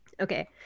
okay